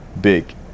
big